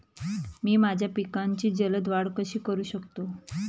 मी माझ्या पिकांची जलद वाढ कशी करू शकतो?